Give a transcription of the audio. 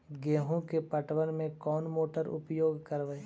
गेंहू के पटवन में कौन मोटर उपयोग करवय?